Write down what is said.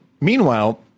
Meanwhile